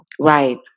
Right